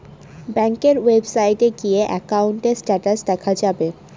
ব্যাঙ্কের ওয়েবসাইটে গিয়ে একাউন্টের স্টেটাস দেখা যাবে